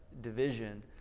Division